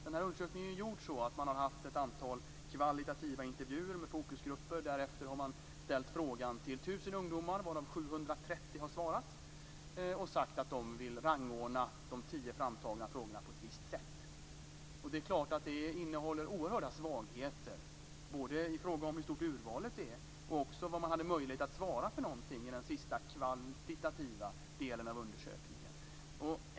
Den här undersökningen är gjord så att man har haft ett antal kvalitativa intervjuer med fokusgrupper. Därefter har man frågat 1 000 ungdomar, varav 730 har svarat, på vilket sätt de vill rangordna de tio framtagna frågorna. Här finns det förstås oerhörda svagheter. Det gäller både hur stort urvalet är och också vad man hade möjlighet att svara i den sista, kvantitativa delen av undersökningen.